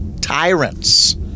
tyrants